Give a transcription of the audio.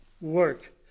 work